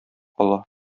ала